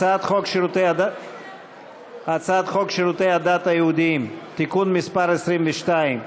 הצעת חוק שירותי הדת היהודיים (תיקון מס' 22),